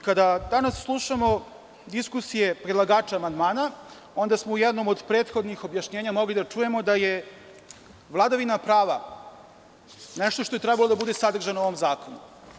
Kada danas slušamo diskusije predlagača amandmana, onda smo u jednom od prethodnih objašnjenja mogli da čujemo da je vladavina prava nešto što je trebalo da bude sadržano u ovom zakonu.